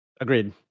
Agreed